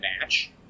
match